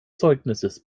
zeugnisses